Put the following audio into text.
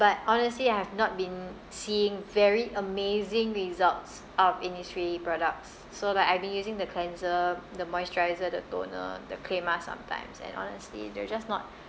but honestly I have not been seeing very amazing results of Innisfree products so like I've been using the cleanser the moisturiser the toner the clay mask sometimes and honestly they're just not